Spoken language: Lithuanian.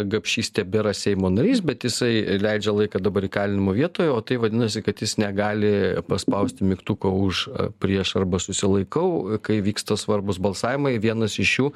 gapšys tebėra seimo narys bet jisai leidžia laiką dabar įkalinimo vietoje o tai vadinasi kad jis negali paspausti mygtuko už prieš arba susilaikau kai vyksta svarbūs balsavimai vienas iš jų